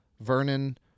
Vernon